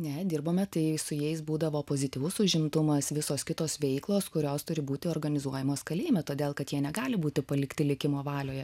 ne dirbome tai su jais būdavo pozityvus užimtumas visos kitos veiklos kurios turi būti organizuojamos kalėjime todėl kad jie negali būti palikti likimo valioje